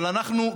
אבל אנחנו,